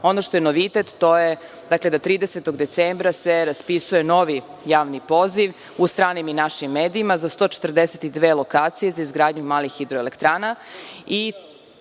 što je novitet jeste da 30. decembra se raspisuje novi javni poziv u stranim i našim medijima za 142 lokacije za izgradnju malih hidroelektrana.